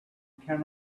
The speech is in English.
can